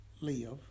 live